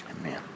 amen